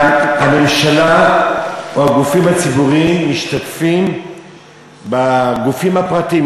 שבו הממשלה או הגופים הציבוריים משתתפים בגופים הפרטיים.